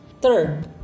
third